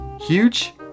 huge